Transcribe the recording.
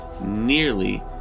nearly